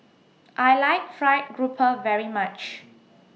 I like Fried Grouper very much